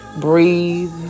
breathe